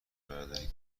برداری